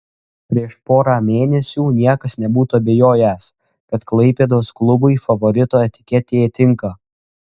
prieš porą mėnesių niekas nebūtų abejojęs kad klaipėdos klubui favorito etiketė tinka